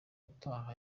utaha